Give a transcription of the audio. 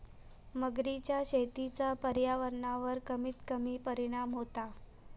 मगरीच्या शेतीचा पर्यावरणावर कमीत कमी परिणाम होता